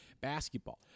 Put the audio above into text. basketball